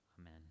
Amen